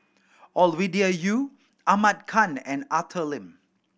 Ovidia Yu Ahmad Khan and Arthur Lim